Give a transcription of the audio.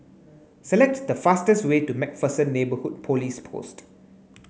select the fastest way to MacPherson Neighbourhood Police Post